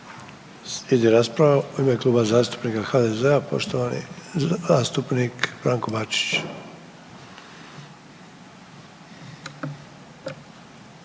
Slijedi rasprava u ime Kluba zastupnika HDZ-a poštovani zastupnik Branko Bačić.